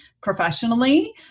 professionally